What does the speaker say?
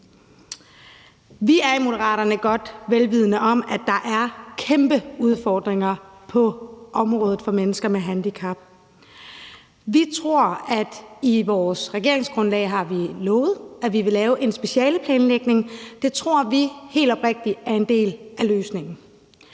Vi er i Moderaterne vel vidende om, at der er kæmpe udfordringer på området for mennesker med handicap. I vores regeringsgrundlag har vi lovet, at vi vil lave en specialeplanlægning. Det tror vi helt oprigtigt er en del af løsningen.